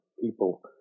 people